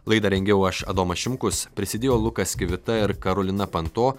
laidą rengiau aš adomas šimkus prisidėjo lukas kivita ir karolina panto